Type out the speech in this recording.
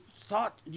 thought